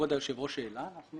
שכבוד היושב ראש העלה, אנחנו